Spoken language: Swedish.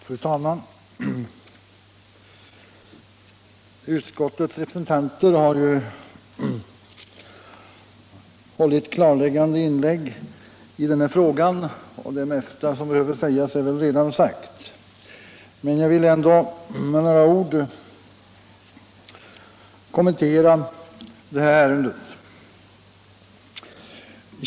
Fru talman! Utskottets representanter har ju gjort klarläggande inlägg i debatten, och det mesta som behöver sägas är väl redan sagt. Jag vill ändå med några ord kommentera det här ärendet.